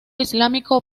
islámico